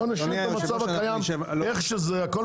נשאיר את המצב הקיים כפי שהוא.